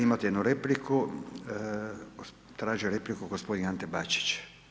Imate jednu repliku, tražio je repliku, gospodin Ante Bačić.